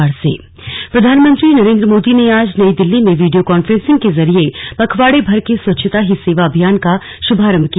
slug स्वच्छता ही सेवा प्रधानमंत्री नरेन्द्र मोदी ने आज नई दिल्ली में वीडियो कांफ्रेंसिंग के जरिए पखवाड़े भर के स्वच्छता ही सेवा अभियान का शुभारंभ किया